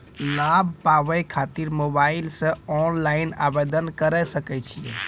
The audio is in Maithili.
लाभ पाबय खातिर मोबाइल से ऑनलाइन आवेदन करें सकय छियै?